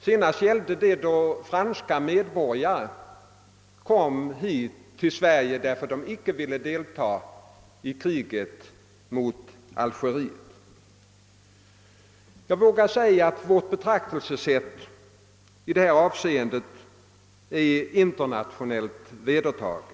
Senast gällde det franska medborgare som kom till Sverige därför att de icke ville deltaga i kriget i Algeriet. Jag vågar säga att vårt betraktelsesätt i detta avseende är internationellt vedertaget.